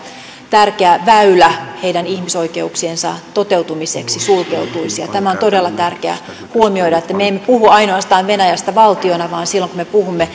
väylä heidän ihmisoikeuksiensa toteutumiseksi sulkeutuisi tämä on todella tärkeä huomioida että me me emme puhu venäjästä ainoastaan valtiona vaan silloin kun me puhumme